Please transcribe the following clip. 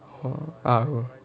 ah